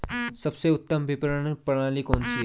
सबसे उत्तम विपणन प्रणाली कौन सी है?